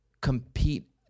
compete